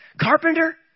carpenter